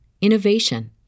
innovation